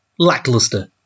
Lackluster